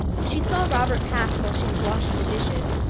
she saw robert pass while she was washing the dishes,